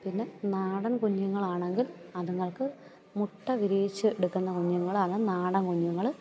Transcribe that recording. പിന്നെ നാടൻ കുഞ്ഞുങ്ങളാണെങ്കിൽ അത്ങ്ങൾക്ക് മുട്ട വിരിയിച്ച് എടുക്കുന്ന കുഞ്ഞുങ്ങളാണ് നാടൻ കുഞ്ഞുങ്ങൾ